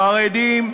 חרדים,